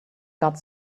got